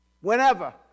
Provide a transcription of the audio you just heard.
whenever